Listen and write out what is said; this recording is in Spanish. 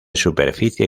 superficie